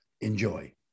Enjoy